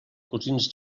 cosins